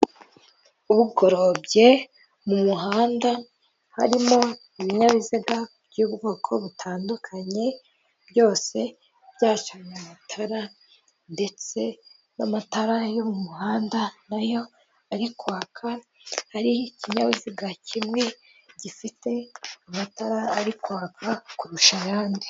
Bugorobye, mu muhanda, harimo ibinyabiziga by'ubwoko butandukanye, byose byacanye amatara, ndetse n'amatara yo mu muhanda na yo ari kwaka, hari ikinyabiziga kimwe gifite amatara arikwaka kurusha ayandi.